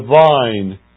divine